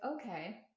okay